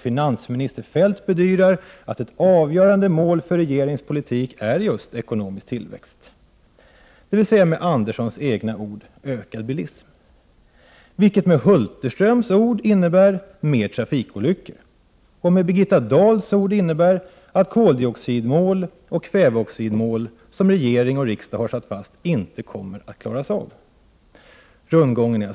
Finansminister Feldt bedyrar att ett avgörande mål för regeringens politik är just ekonomisk tillväxt, dvs. med Anderssons egna ord ökad bilism, vilket med Hulterströms ord innebär fler trafikolyckor och med Birgitta Dahls ord att koldioxidmål och kväveoxidmål, som regering och riksdag lagt fast, inte kommer att klaras av. Rundgången